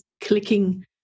clicking